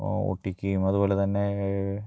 ഒട്ടിക്കുകയും അതുപോലെത്തന്നെ